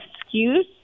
excuse